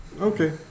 Okay